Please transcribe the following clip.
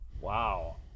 Wow